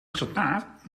resultaat